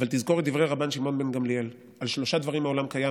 אבל תזכור את דברי רבן שמעון בן גמליאל: "על שלושה דברים העולם קיים,